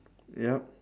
yup